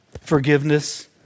forgiveness